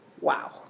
Wow